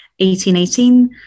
1818